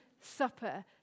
supper